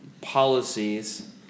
policies